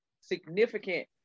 significant